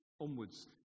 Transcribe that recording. onwards